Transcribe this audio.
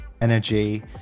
energy